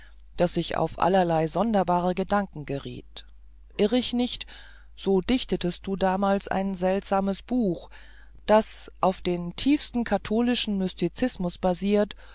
daß ich auf allerlei sonderbare gedanken geriet irr ich nicht so dichtetest du damals ein seltsames buch das auf den tiefsten katholischen mystizismus basiert